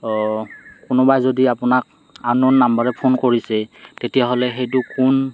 কোনোবা যদি আপোনাক আননউন নাম্বাৰে ফোন কৰিছে তেতিয়াহ'লে সেইটো কোন